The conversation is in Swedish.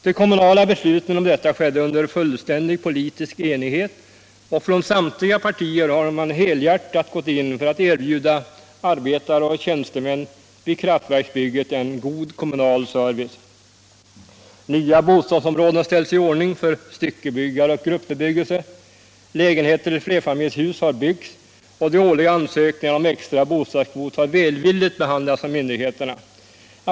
De kommunala besluten om detta skedde under fullständig politisk enighet, och från samtliga partier har man helhjärtat gått in för att erbjuda arbetare och tjänstemän vid kraftverksbygget en god kommunal service. Nya bostadsområden har ställts i ordning för styckebyggare och gruppbebyggelse. Lägenheter i flerfamiljshus har byggts och de årliga ansökningarna om extra bostadskvot har välvilligt behandlats av myndigheterna.